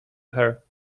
her